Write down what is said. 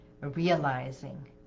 realizing